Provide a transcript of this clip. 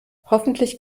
hoffentlich